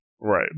Right